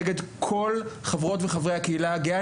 נגד כל חברות וחברי הקהילה הגאה,